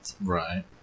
Right